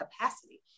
capacity